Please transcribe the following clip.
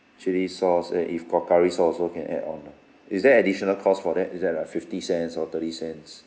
chilli sauce uh if got curry sauce also can add on ah is there additional cost for that is that uh fifty cents or thirty cents